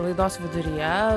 laidos viduryje